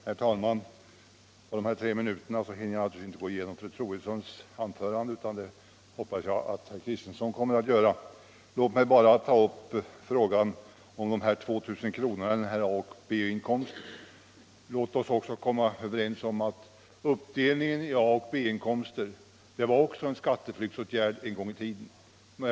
Herr talman! På dessa tre minuter hinner jag inte gå igenom fru Troedssons anförande. Det hoppas jag att herr Kristenson kommer att göra. Jag vill bara ta upp de 2000 kronorna samt A och B-inkomsterna. Vi bör komma ihåg att även uppdelningen i A och B-inkomster var en åtgärd mot skatteflykt en gång i tiden.